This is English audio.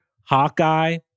Hawkeye